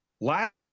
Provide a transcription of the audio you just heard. Last